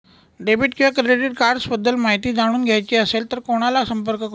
Debit किंवा credit cards बद्दल माहिती जाणून घ्यायची असेल तर कोणाला संपर्क करु?